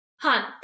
Hunt